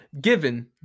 Given